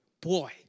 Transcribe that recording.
boy